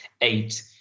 eight